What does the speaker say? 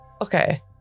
Okay